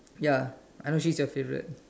ya I know she's your favourite